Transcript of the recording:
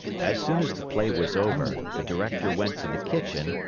as soon as the play was over, the director went to the kitchen,